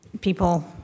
people